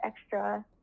extra